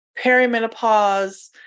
perimenopause